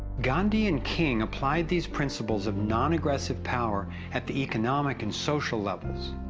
gandhi and king applied these principles of non-aggressive power, at the economic and social levels.